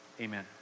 amen